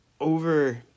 over